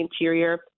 interior